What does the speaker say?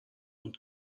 und